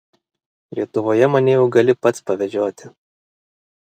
lietuvoje mane jau gali pats pavežioti